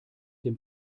dem